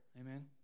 Amen